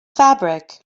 fabric